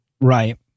Right